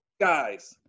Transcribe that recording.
guys